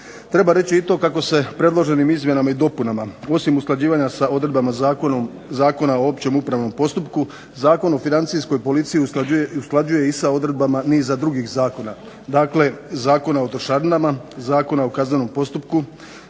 Treba reći i to kako se predloženim izmjenama i dopunama osim usklađivanja s odredbama Zakona o općem upravnom postupku, Zakon o financijskoj policiji usklađuje i sa odredbama niza drugih zakona, dakle Zakona o trošarinama, Zakona o kaznenom postupku,